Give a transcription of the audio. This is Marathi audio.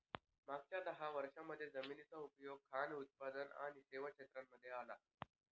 मागच्या दहा वर्षांमध्ये जमिनीचा उपयोग खान उत्पादक आणि सेवा क्षेत्रांमध्ये आला